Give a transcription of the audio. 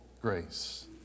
grace